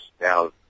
Now